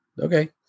Okay